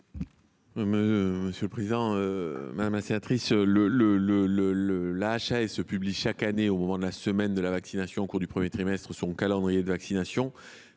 Gouvernement ? Madame la sénatrice, la HAS publie, chaque année, au moment de la semaine de la vaccination – au cours du premier trimestre –, son calendrier de vaccination.